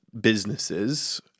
businesses